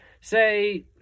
say